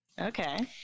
Okay